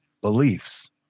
beliefs